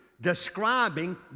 describing